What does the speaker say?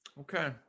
Okay